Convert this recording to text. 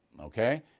okay